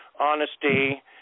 honesty